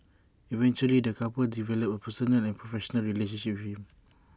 eventually the couple developed A personal and professional relationship with him